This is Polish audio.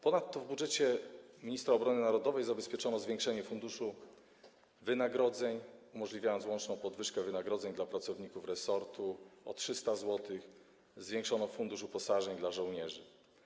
Ponadto w budżecie ministra obrony narodowej zabezpieczono pieniądze na zwiększenie funduszu wynagrodzeń umożliwiające łączną podwyżkę wynagrodzeń dla pracowników resortu o 300 zł i zwiększono fundusz uposażeń dla żołnierzy.